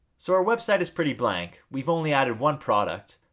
so our website is pretty blank we've only added one product.